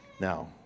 Now